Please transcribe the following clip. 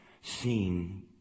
seen